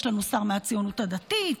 יש לנו שר מהציונות הדתית,